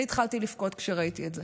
אני התחלתי לבכות כשראיתי את זה,